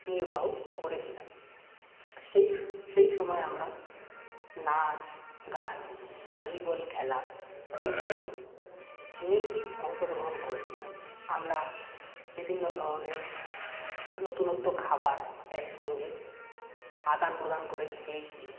নির্বাহ করেছিলাম সেই সেই সময় আমরা নাচ গান ভলিবল খেলা বিভিন্ন জিনিসে অংশগ্রহণ করেছিলাম আমরা বিভিন্ন ধরণের নতুনত্ব খাবার একসঙ্গে আদান প্রদান করে খেয়েছি